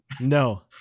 No